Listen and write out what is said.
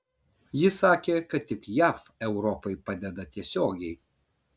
jis sakė kad tik jav europai padeda tiesiogiai